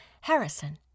Harrison